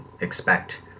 expect